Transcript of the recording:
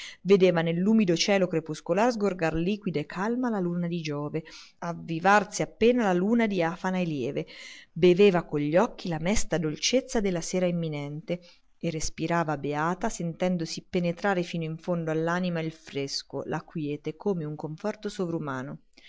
vedeva nell'umido cielo crepuscolare sgorgar liquida e calma la luce di giove avvivarsi appena la luna diafana e lieve beveva con gli occhi la mesta dolcezza della sera imminente e respirava beata sentendosi penetrare fino in fondo all'anima il fresco la quiete come un conforto sovrumano